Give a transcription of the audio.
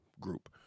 group